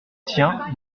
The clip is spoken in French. tiens